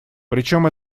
причем